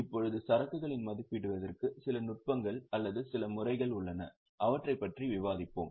இப்போது சரக்குகளை மதிப்பிடுவதற்கு சில நுட்பங்கள் அல்லது சில முறைகள் உள்ளன அவற்றைப் பற்றியும் விவாதிப்போம்